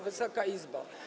Wysoka Izbo!